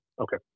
Okay